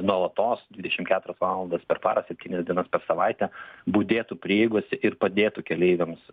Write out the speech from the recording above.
nuolatos dvidešimt keturias valandas per parą septynias dienas per savaitę budėtų prieigose ir padėtų keleiviams